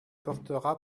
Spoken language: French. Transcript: portera